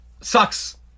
sucks